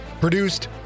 Produced